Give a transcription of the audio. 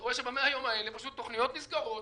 אני רואה שב-100 הימים האלה פשוט תוכניות נסגרות.